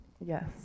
yes